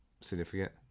significant